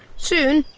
soon,